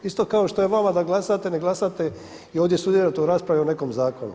Isto kao što je vama da glasate, ne glasate i ovdje sudjelovati u raspravi o nekom zakonu.